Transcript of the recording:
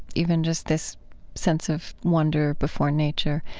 even just this sense of wonder before nature,